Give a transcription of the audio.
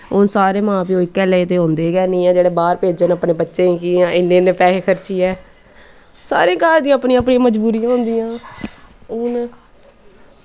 हून सारे मां प्यो इक्कै जेह् ते होंदे गै नी हैंन जेह्ड़े बाह्र भेजन अपने बच्चें गी इयां इन्ने इन्ने पैसे खर्चियै सारें घर दियां अपनियां अपनियां मजबूरियां होंदियां हून